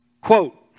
Quote